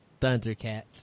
Thundercats